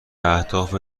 اهداف